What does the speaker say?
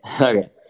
Okay